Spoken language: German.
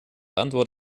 antwort